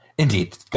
Indeed